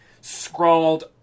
scrawled